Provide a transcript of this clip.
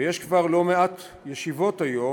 ויש כבר לא מעט ישיבות הסדר, היום,